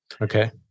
Okay